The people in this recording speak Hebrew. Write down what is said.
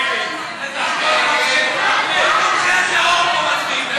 זהבה גלאון בסדר-היום של הכנסת נתקבלה.